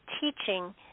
teaching